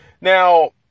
Now